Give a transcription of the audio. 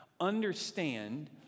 understand